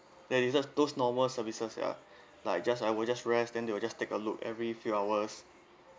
then it's just those normal services ya like just I will just rest then they will just take a look every few hours